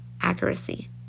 accuracy